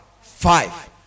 Five